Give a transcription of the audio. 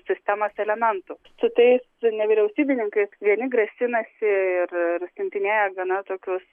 sistemos elementų su tais nevyriausybininkais vieni grasinasi ir ir siuntinėja gana tokius